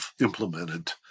implemented